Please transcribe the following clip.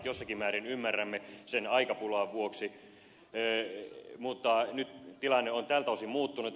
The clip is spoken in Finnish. jossakin määrin ymmärrämme sen aikapulan vuoksi mutta nyt tilanne on tältä osin muuttunut